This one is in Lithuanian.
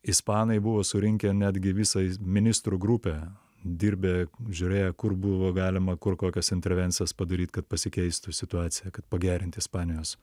ispanai buvo surinkę netgi visą ministrų grupę dirbę žiūrėję kur buvo galima kur kokias intervencijas padaryt kad pasikeistų situacija kad pagerinti ispanijos